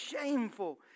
shameful